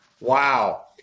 Wow